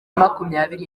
makumyabiri